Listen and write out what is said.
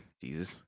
Jesus